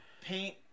paint